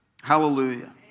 hallelujah